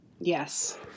Yes